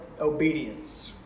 obedience